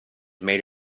made